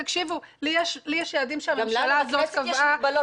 לי יש יעדים שהממשלה הזאת קבעה,